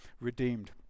redeemed